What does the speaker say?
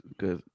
good